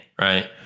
right